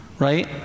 right